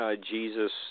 Jesus